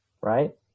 Right